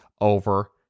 over